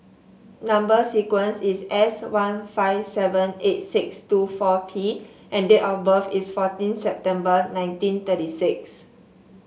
number sequence is S one five seven eight six two four P and date of birth is fourteen September nineteen thirty six